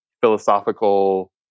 philosophical